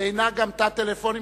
ואינה תא טלפונים,